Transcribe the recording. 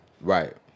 Right